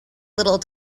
little